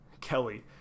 Kelly